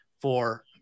for-